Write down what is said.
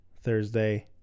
Thursday